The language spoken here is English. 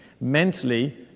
mentally